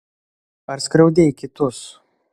ar skriaudei kitus